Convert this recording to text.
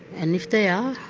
and if they are